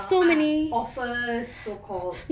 err ah offers so called